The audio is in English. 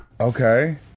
okay